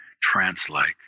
trance-like